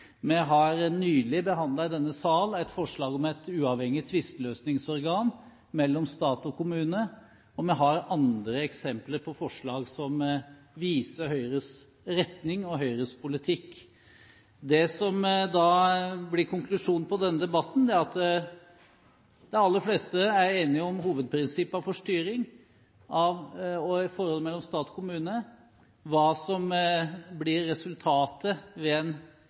Vi har nylig i denne sal behandlet et forslag om et uavhengig tvisteløsningsorgan mellom stat og kommune, og vi har andre eksempler på forslag som viser Høyres retning og Høyres politikk. Det som blir konklusjonen på denne debatten, er at de aller fleste er enige om hovedprinsippene for styring og for forholdet mellom stat og kommune. Hva som blir resultatet ved en